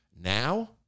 Now